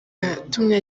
yatumye